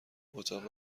اتاق